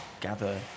gather